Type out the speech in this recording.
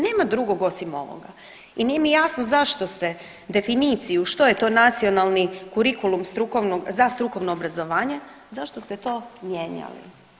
Nema drugog osim ovoga i nije mi jasno zašto ste definiciju što je to nacionalni kurikulum strukovnog za strukovno obrazovanje zašto ste to mijenjali.